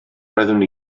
roeddwn